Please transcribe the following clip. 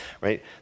right